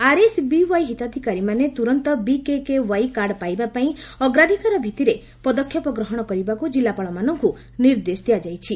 RSBY ହିତାଧିକାରୀମାନେ ତୁରନ୍ତ ବିକେଓାର୍ଇ କାର୍ଡ ପାଇବାପାଇଁ ଅଗ୍ରାଧକାର ଭିତ୍ତିରେ ପଦକ୍ଷେପ ଗ୍ରହଣ କରିବାକୁ ଜିଲ୍ଲାପାଳମାନଙ୍କୁ ନିର୍ଦ୍ଦେଶ ଦିଆଯାଇଛି